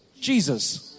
Jesus